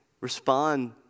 respond